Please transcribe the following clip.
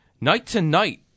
Night-to-night